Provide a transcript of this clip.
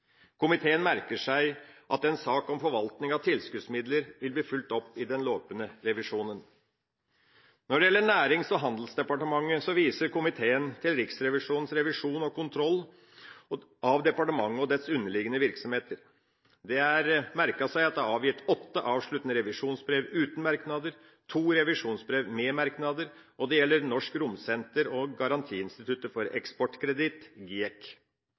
Komiteen merker seg at sak om forvaltning av tilskuddsmidler vil bli fulgt opp i den løpende revisjonen. Når det gjelder Nærings- og handelsdepartementet, viser komiteen til Riksrevisjonens revisjon og kontroll av departementet og dets underliggende virksomheter. Komiteen har merket seg at det er avgitt åtte avsluttende revisjonsbrev uten merknader og to revisjonsbrev med merknader. Det gjelder Norsk Romsenter og Garanti-instituttet for eksportkreditt, GIEK.